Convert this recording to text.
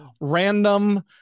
random